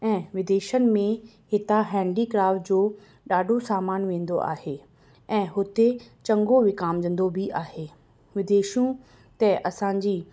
ऐं विदेशनि में हितां हेंडीक्राफ्ट जो ॾाढो सामान वेंदो आहे ऐं हुते चङो विकामजंदो बि आहे विदेशू ते असांजी